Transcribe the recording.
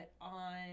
on